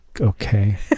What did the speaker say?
okay